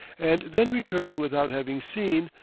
and then returning without having seen,